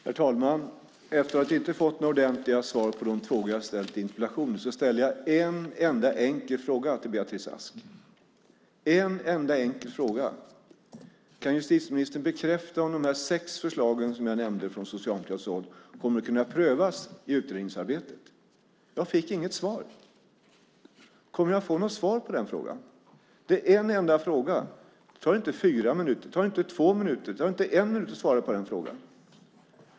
Herr talman! Efter att jag inte har fått några ordentliga svar på de frågor som jag har ställt i interpellation ställde jag en enda enkel fråga till Beatrice Ask. Kan justitieministern bekräfta om de sex förslag som jag nämnde från socialdemokratiskt håll kommer att kunna prövas i utredningsarbetet? Jag fick inget svar. Kommer jag att få något svar på den frågan? Det är en enda fråga. Det tar inte fyra minuter, det tar inte två minuter, det tar inte en minut att svara på den frågan.